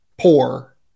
poor